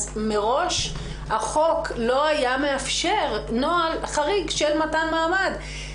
מראש החוק לא היה מאפשר נוהל חריג של מתן מעמד.